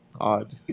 Odd